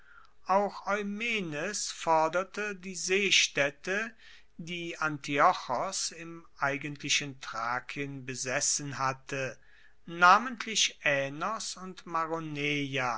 auch eumenes forderte die seestaedte die antiochos im eigentlichen thrakien besessen hatte namentlich aenos und maroneia